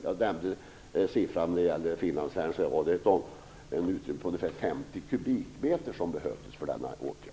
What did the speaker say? Jag nämnde att det på Finlandsfärjorna behövs ett utrymme på ungefär 50 kubikmeter för denna åtgärd.